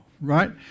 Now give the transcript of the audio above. right